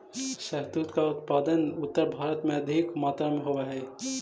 शहतूत का उत्पादन उत्तर भारत में अधिक मात्रा में होवअ हई